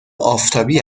آفتابی